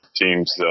teams